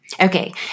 okay